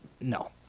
No